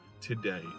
today